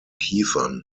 kiefern